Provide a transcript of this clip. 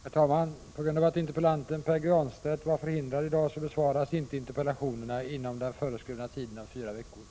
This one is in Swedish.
Kg Ne RN SE Herr talman! På grund av att interpellanten Pär Granstedt var förhindrad att ta emot svaren i dag besvaras interpellationerna inte inom den föreskrivna